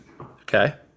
Okay